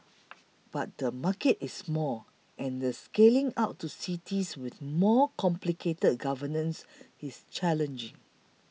but the market is small and the scaling out to cities with more complicated governance is challenging